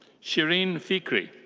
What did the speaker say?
shireen fikree.